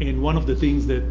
and one of the things that